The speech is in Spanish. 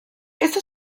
esta